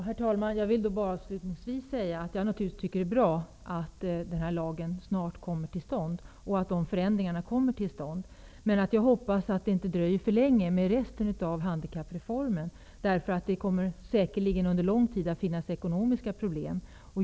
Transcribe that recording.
Herr talman! Avslutningsvis vill jag säga att jag naturligtvis tycker att det är bra att den här lagen snart kommer att gälla och att dessa förändringar kommer till stånd. Men jag hoppas att det inte dröjer för länge med återstoden av handikappreformen, trots att det under lång tid säkerligen kommer att finnas ekonomiska problem.